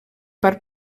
parts